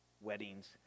weddings